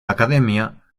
academia